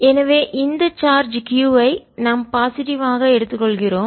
எனவே இந்த charge q ஐ நாம் பாசிட்டிவ் ஆக நேர்மறையாக எடுத்துக்கொள்கிறோம்